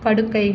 படுக்கை